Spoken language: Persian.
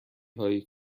هایی